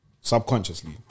subconsciously